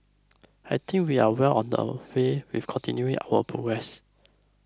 I think we are well on our way with continuing our progress